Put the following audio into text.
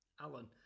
Alan